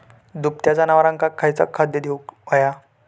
दुभत्या जनावरांका खयचा खाद्य देऊक व्हया?